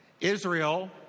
Israel